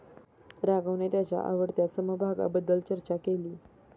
राघवने त्याच्या आवडत्या समभागाबद्दल चर्चा केली